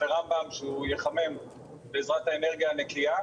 לרמב"ם שהוא יחמם בעזרת האנרגיה הנקייה,